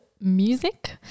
music